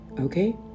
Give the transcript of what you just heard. Okay